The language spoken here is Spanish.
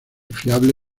fiable